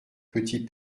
petit